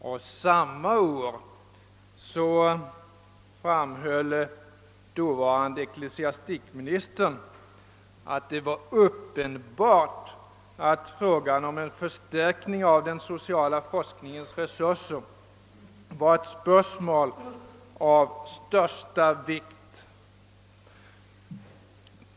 Och samma år framhöll dåvarande = ecklesiastikministern att det var uppenbart att frågan om en förstärkning av den sociala forskningens resurser var ett spörsmål av största vikt.